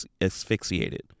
asphyxiated